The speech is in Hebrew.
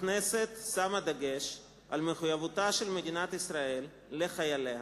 הכנסת שמה דגש במחויבותה של מדינת ישראל לחייליה,